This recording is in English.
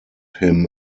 him